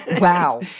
Wow